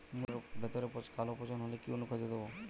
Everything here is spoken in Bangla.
মুলোর ভেতরে কালো পচন হলে কোন অনুখাদ্য দেবো?